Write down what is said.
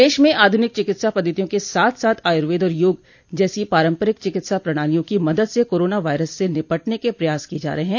देश में आधुनिक चिकित्सा पद्धतियों के साथ साथ आयुर्वेद और योग जैसी पाम्रपरिक चिकित्सा प्रणालियों की मदद से कोरोना वायरस से निपटने के प्रयास किए जा रहे हैं